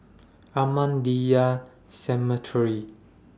Ahmadiyya Cemetery